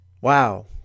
Wow